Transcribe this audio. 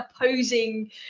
opposing